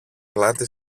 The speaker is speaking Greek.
πλάτη